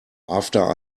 after